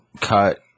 cut